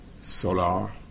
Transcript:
Solar